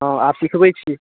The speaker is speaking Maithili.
हॅं आब सिखबै छियै